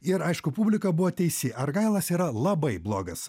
ir aišku publika buvo teisi argailas yra labai blogas